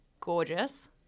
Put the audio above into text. gorgeous